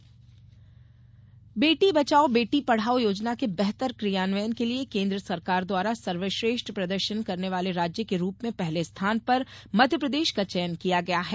बेटी बचाओ बेटी पढ़ाओ बेटी बचाओ बेटी पढ़ाओ योजना के बेहतर क्रियान्वयन के लिये केन्द्र सरकार द्वारा सर्वश्रेष्ठ प्रदर्शन करने वाले राज्य के रूप में पहले स्थान पर मध्यप्रदेश का चयन किया गया है